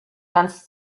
ganz